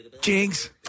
Jinx